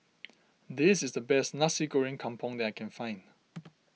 this is the best Nasi Goreng Kampung that I can find